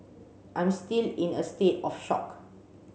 I'm still in a state of shock